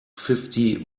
fifty